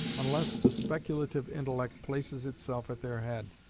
unless the speculative intellect places itself at their head.